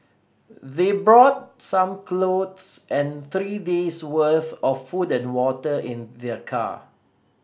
they brought some clothes and three days' worth of food and water in their car